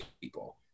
people